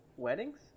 Weddings